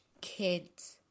kids